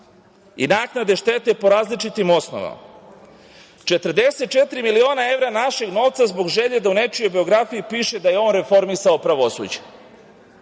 i naknade štete po različitim osnovama, 44 miliona evra našeg novca zbog želje da u nečijoj biografiji piše da je on reformisao pravosuđe